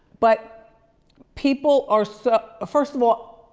but people are so, first of all,